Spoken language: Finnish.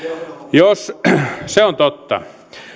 se on totta